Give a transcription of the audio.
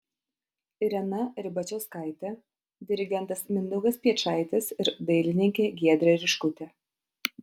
irena ribačiauskaitė dirigentas mindaugas piečaitis ir dailininkė giedrė riškutė